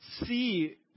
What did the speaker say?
see